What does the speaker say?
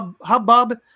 hubbub